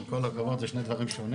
עם כל הכבוד זה שני דברים שונים.